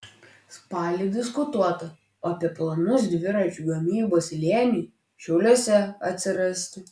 spalį diskutuota apie planus dviračių gamybos slėniui šiauliuose atsirasti